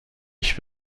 ich